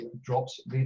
drops